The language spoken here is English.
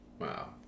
Wow